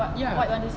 ya